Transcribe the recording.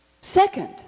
Second